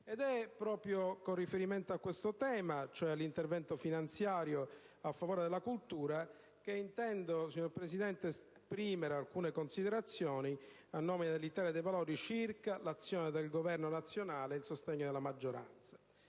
Ed è proprio con riferimento a questo tema, cioè all'intervento finanziario a favore della cultura, che intendo esprimere alcune considerazioni a nome dell'Italia dei Valori circa l'azione del Governo nazionale e il sostegno della maggioranza.